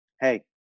Hey